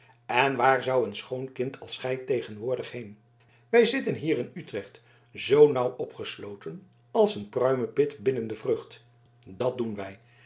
en waar zou een schoon kind als gij tegenwoordig heen wij zitten hier in utrecht zoo nauw opgesloten als een pruimepit binnen de vrucht dat doen wij